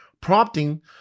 prompting